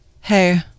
Hey